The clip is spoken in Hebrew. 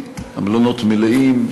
המלונות מלאים,